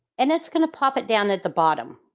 and it's going to pop it down at the bottom.